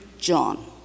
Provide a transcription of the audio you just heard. John